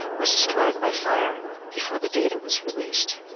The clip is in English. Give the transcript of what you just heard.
was destroyed by fire before the data was released,